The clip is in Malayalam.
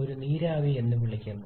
ഒരു നീരാവി എന്ന് വിളിക്കുന്നു